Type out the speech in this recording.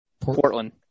Portland